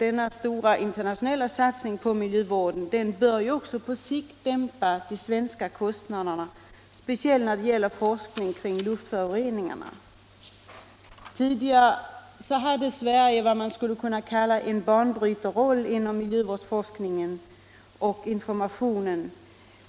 Denna stora internationella satsning på miljövården bör också på sikt kunna dämpa de svenska kostnaderna, speciellt vad gäller forskningen om luftföroreningarna. Tidigare hade Sverige en banbrytarroll inom miljövårdsforskningen och miljövårdsinformationen,